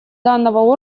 данного